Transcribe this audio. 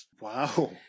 Wow